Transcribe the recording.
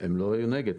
הם לא היו נגד.